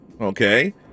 Okay